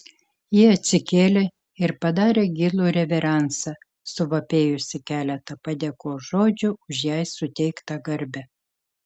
ji atsikėlė ir padarė gilų reveransą suvapėjusi keletą padėkos žodžių už jai suteiktą garbę